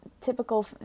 typical